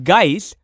Guys